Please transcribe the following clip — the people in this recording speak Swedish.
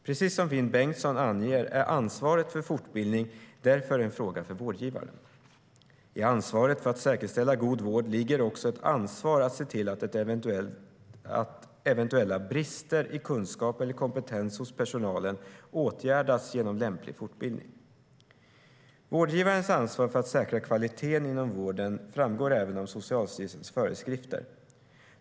Precis som Finn Bengtsson anger är ansvaret för fortbildning en fråga för vårdgivaren. I ansvaret för att säkerställa god vård ligger också ett ansvar att se till att eventuella brister i kunskap eller kompetens hos personalen åtgärdas genom lämplig fortbildning. Vårdgivarens ansvar för att säkra kvaliteten inom vården framgår även av Socialstyrelsens föreskrifter.